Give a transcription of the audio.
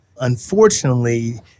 Unfortunately